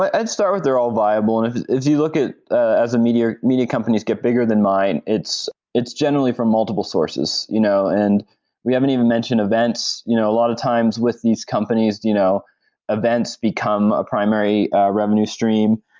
ah and start with they're all viable. and if you look at ah as media media companies get bigger than mine, it's it's generally from multiple sources. you know and we haven't even mentioned events. you know a lot of times with these companies, you know events become a primary revenue stream.